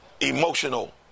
Emotional